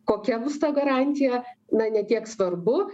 kokia bus ta garantija na ne tiek svarbu